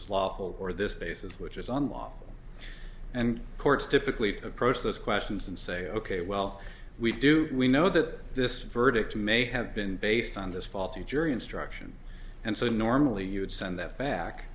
is lawful or this basis which is unlawful and courts typically approach those questions and say ok well we do we know that this verdict may have been based on this faulty jury instruction and so normally you would send that back